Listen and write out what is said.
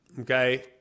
okay